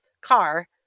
car